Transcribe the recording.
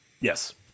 yes